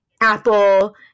apple